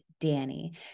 Danny